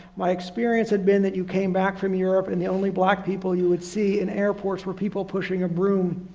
my experience had been that you came back from europe and the only black people you would see in airports were people pushing a broom.